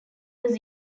was